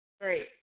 great